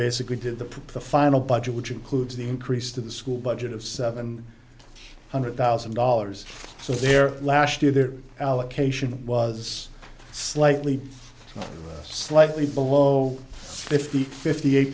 basically did the final budget which includes the increase to the school budget of seven hundred thousand dollars so their last year their allocation was slightly slightly below fifty fifty eight